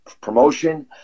promotion